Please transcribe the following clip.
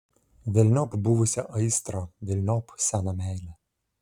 velniop buvusią aistrą velniop seną meilę